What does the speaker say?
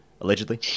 allegedly